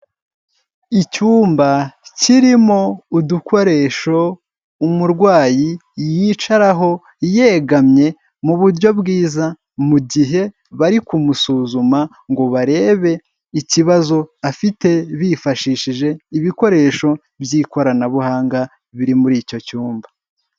Icyumba kirimo udukoresho umurwayi yicaraho yegamye mu buryo bwiza mu gihe bari kumusuzuma ngo barebe ikibazo afite, bifashishije ibikoresho by'ikoranabuhanga biri muri icyo cyumba.